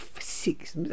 Six